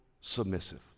submissive